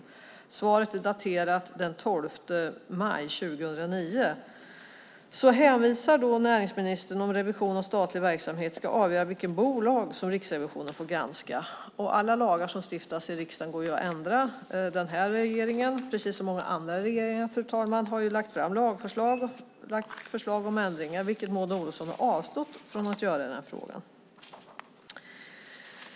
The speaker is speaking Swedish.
I svaret hänvisar näringsministern till att det är lagen om revision av statlig verksamhet som ska avgöra vilka bolag som Riksrevisionen får granska. Alla lagar som stiftas i riksdagen går att ändra. Den här regeringen, precis som många andra regeringar, fru talman, har lagt fram lagförslag och lagt fram förslag om ändringar, vilket Maud Olofsson har avstått från att göra i den här frågan.